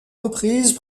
reprises